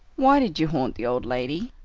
why did you haunt the old lady?